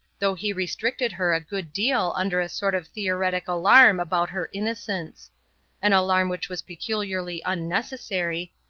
though he restricted her a good deal under a sort of theoretic alarm about her innocence an alarm which was peculiarly unnecessary,